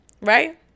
right